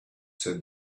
said